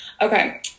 okay